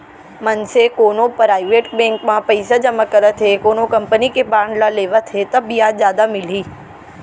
मनसे कोनो private bank म पइसा जमा करत हे कोनो कंपनी के बांड ल लेवत हे ता बियाज जादा मिलही